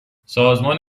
سازمان